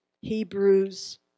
Hebrews